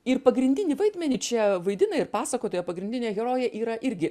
ir pagrindinį vaidmenį čia vaidina ir pasakotojo pagrindinė herojė yra irgi